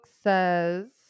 says